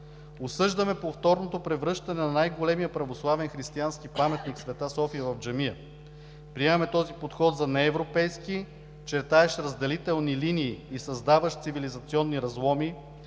Осъждаме повторното превръщане на най-големия православен християнски паметник „Света София“ в джамия. Приемаме този подход за неевропейски, чертаещ разделителни линии и създаващ цивилизационни разломи,